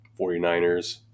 49ers